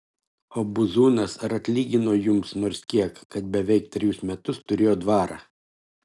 o buzūnas ar atlygino jums nors kiek kad beveik trejus metus turėjo dvarą